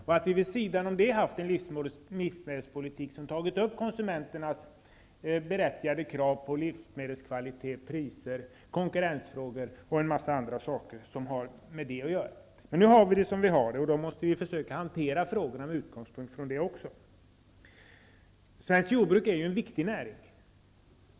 Vid sidan av jordbrukspolitiken borde vi sedan ha en livsmedelspolitik som tar upp konsumenternas berättigade krav på livsmedelskvalitet och priser, konkurrensfrågor och en massa andra saker som har med det att göra. Men nu har vi det som vi har det, och då måste vi försöka hantera frågorna från den utgångspunkten. Svenskt jordbruk är en viktig näring.